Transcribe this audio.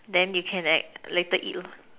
then they can like later eat lor